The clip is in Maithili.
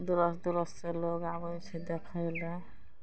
दूर दूरसँ लोग आबय छै देखय लए